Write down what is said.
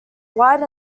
wide